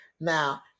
now